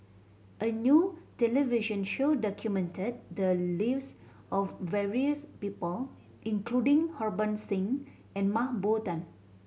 a new television show documented the lives of various people including Harbans Singh and Mah Bow Tan